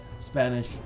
Spanish